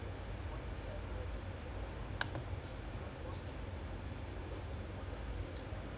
was he ever like really good I feel like he was always like good but like he wasn't really like